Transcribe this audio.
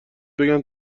بگن